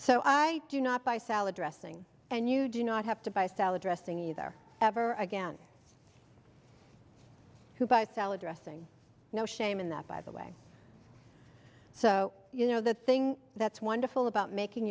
so i do not buy salad dressing and you do not have to buy salad dressing either ever again who buy salad dressing no shame in that by the way so you know the thing that's wonderful about making